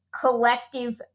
collective